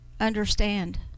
understand